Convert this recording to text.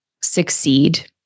succeed